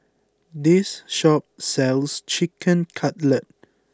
this shop sells Chicken Cutlet